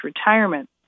retirement